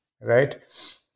Right